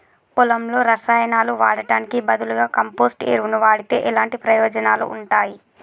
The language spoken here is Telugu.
పొలంలో రసాయనాలు వాడటానికి బదులుగా కంపోస్ట్ ఎరువును వాడితే ఎలాంటి ప్రయోజనాలు ఉంటాయి?